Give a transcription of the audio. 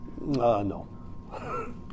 No